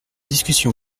discussion